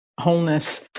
Wholeness